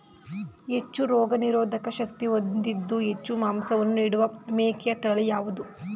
ಹೆಚ್ಚು ರೋಗನಿರೋಧಕ ಶಕ್ತಿ ಹೊಂದಿದ್ದು ಹೆಚ್ಚು ಮಾಂಸವನ್ನು ನೀಡುವ ಮೇಕೆಯ ತಳಿ ಯಾವುದು?